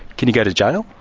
can you go to jail?